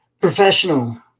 professional